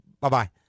Bye-bye